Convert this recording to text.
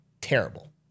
terrible